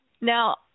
Now